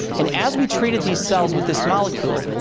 and as we treated these cells with this molecule,